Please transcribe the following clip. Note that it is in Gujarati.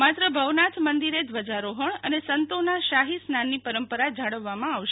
માત્ર ભવનાથ મંદિરે ધ્વજારોહણ અને સંતોના શાહી સ્નાનની પરંપરા જાળવવામાં આવશે